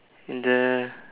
and the